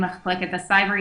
עם מחלקת הסייבר,